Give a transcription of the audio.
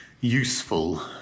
useful